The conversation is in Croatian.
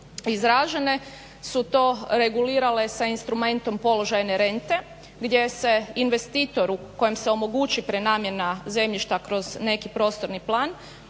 izražene su to regulirale sa instrumentom položajne rente gdje se investitoru kojemu se omogući prenamjena zemljišta kroz neki prostorni plan